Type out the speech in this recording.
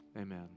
Amen